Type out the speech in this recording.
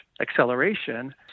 acceleration